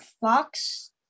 Fox